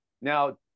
Now